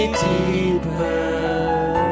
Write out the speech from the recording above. deeper